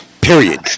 period